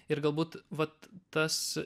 ir galbūt vat tas